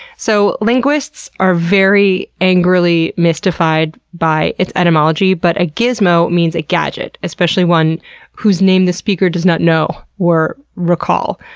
so linguists are very angrily mystified by its etymology, but a gizmo means, a gadget especially one whose name the speaker does not know or recall.